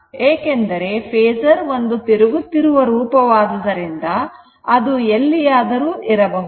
ಏಕೆಂದರೆ ಫೇಸರ್ ಒಂದು ತಿರುಗುತ್ತಿರುವ ರೂಪವಾದರಿಂದ ಅದು ಎಲ್ಲಿ ಆದರೂ ಇರಬಹುದು